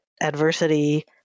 adversity